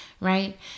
right